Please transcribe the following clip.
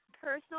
personal